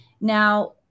now